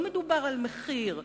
לא מדובר על מחיר,